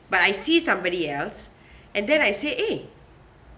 but I see somebody else and then I say eh